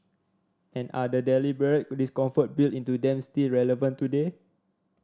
and are the deliberate discomfort built into them still relevant today